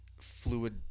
fluid